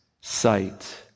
sight